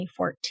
2014